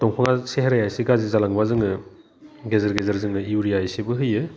दंफाङा सेहेराया एसे गाज्रि जालाङोबा जोङो गेजेर गेजेर जोङो इउरिया एसेबो होयो